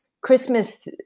Christmas